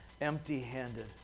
empty-handed